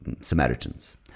samaritans